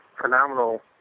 phenomenal